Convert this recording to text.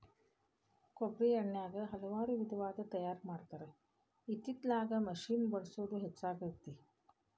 ಕೊಬ್ಬ್ರಿ ಎಣ್ಣಿನಾ ಹಲವಾರು ವಿಧದಾಗ ತಯಾರಾ ಮಾಡತಾರ ಇತ್ತಿತ್ತಲಾಗ ಮಿಷಿನ್ ಬಳಸುದ ಹೆಚ್ಚಾಗೆತಿ